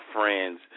friends